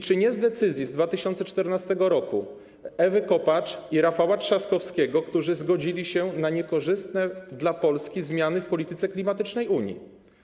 Czy nie z decyzji z 2014 r. Ewy Kopacz i Rafała Trzaskowskiego, którzy zgodzili się na niekorzystne dla Polski zmiany w polityce klimatycznej Unii?